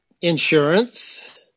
insurance